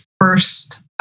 first